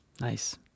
Nice